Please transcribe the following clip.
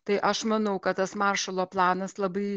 tai aš manau kad tas maršalo planas labai